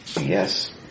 Yes